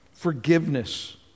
Forgiveness